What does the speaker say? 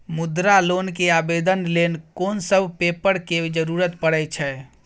मुद्रा लोन के आवेदन लेल कोन सब पेपर के जरूरत परै छै?